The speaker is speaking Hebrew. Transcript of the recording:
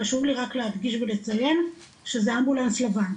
חשוב לי רק להדגיש ולציין שזה אמבולנס לבן,